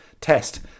test